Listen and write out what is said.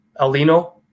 Alino